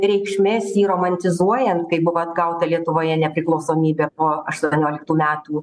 reikšmės jį romantizuojant kai buvo atgauta lietuvoje nepriklausomybė po aštuonioliktų metų